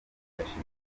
ndashima